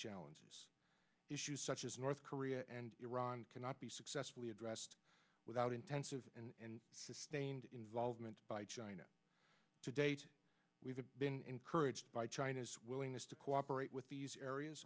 challenges issues such as north korea and iran cannot be successfully addressed without intensive and sustained involvement by china to date we've been courage by china's willingness to cooperate with these areas